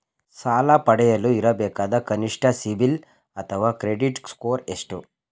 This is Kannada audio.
ಸಾಲ ಪಡೆಯಲು ಇರಬೇಕಾದ ಕನಿಷ್ಠ ಸಿಬಿಲ್ ಅಥವಾ ಕ್ರೆಡಿಟ್ ಸ್ಕೋರ್ ಎಷ್ಟು?